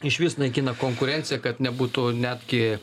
išvis naikina konkurenciją kad nebūtų netgi